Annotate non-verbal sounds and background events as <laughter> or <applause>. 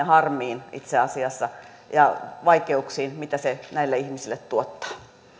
<unintelligible> harmiin ja vaikeuksiin mitä se näille ihmisille tuottaa